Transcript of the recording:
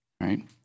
right